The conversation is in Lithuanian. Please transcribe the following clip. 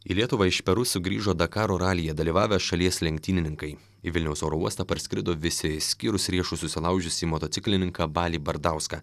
į lietuvą iš peru sugrįžo dakaro ralyje dalyvavę šalies lenktynininkai į vilniaus oro uostą parskrido visi išskyrus riešus susilaužiusį motociklininką balį bardauską